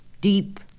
deep